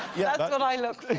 yeah that's what i look for.